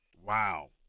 Wow